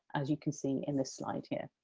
as you can see in this slide here.